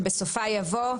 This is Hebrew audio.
בסופה יבוא: